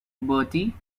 bertie